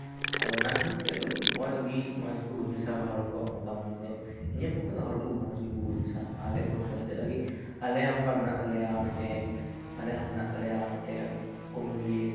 ᱚᱱᱟ ᱠᱷᱟᱹᱛᱤᱨ ᱛᱮ ᱢᱚᱸᱡᱽ ᱜᱮ ᱢᱚᱸᱡᱽ ᱜᱮᱠᱚ ᱦᱩᱫᱤᱥᱟ ᱦᱚᱲ ᱠᱚᱣᱟᱜ ᱢᱚᱛᱟᱢᱚᱛ ᱫᱚ ᱤᱧᱟᱹᱜ ᱯᱚᱠᱠᱷᱮ ᱫᱚ ᱦᱚᱲ ᱠᱚ ᱢᱚᱸᱡᱽ ᱜᱮᱠᱚ ᱦᱩᱫᱤᱥᱟ ᱟᱞᱮ ᱯᱚᱠᱠᱷᱮ ᱫᱚ ᱟᱹᱰᱤ ᱟᱸᱴ ᱜᱮ ᱟᱞᱮᱭᱟᱜ ᱦᱚᱸ ᱢᱮᱱᱟᱜ ᱛᱟᱞᱮᱭᱟ ᱢᱤᱫᱴᱮᱱ